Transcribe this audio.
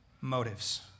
motives